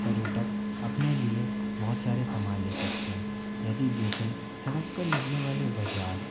पर्यटक अपने लिए बहुत सारे समान ले सकते हैं यदि देखें सड़क पर लगने वाले बाजार